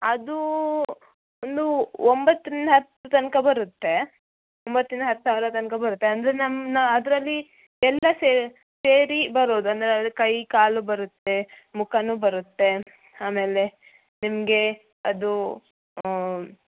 ಅದು ಒಂದು ಒಂಬತ್ತರಿಂದ ಹತ್ತರ ತನಕ ಬರುತ್ತೆ ಒಂಬತ್ತರಿಂದ ಹತ್ತು ಸಾವಿರ ತನಕ ಬರುತ್ತೆ ಅಂದರೆ ನಮ್ಮನ್ನ ಅದರಲ್ಲಿ ಎಲ್ಲ ಸೇರಿ ಬರೋದು ಅಂದರೆ ಅದು ಕೈ ಕಾಲು ಬರುತ್ತೆ ಮುಖನೂ ಬರುತ್ತೆ ಆಮೇಲೆ ನಿಮಗೆ ಅದು